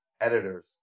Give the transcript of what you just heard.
editors